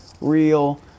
real